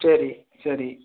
சரி சரி